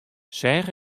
seach